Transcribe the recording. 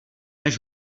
než